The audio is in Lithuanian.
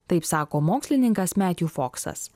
taip sako mokslininkas metju foksas